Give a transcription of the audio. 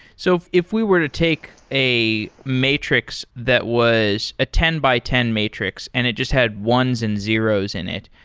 so if if we were to take a matrix that was a ten by ten matrix and it just had ones and zeros in it,